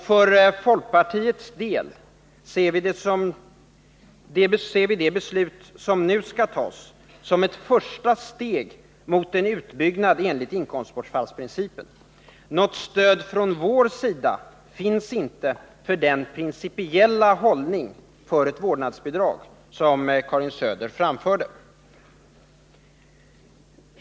För folkpartiets del ser vi det beslut som nu skall tas som ett första steg mot en utbyggnad enligt inkomstbortfallsprincipen. Något stöd från vår sida finns inte för den principiella hållning för ett vårdnadsbidrag som Karin Söder framförde.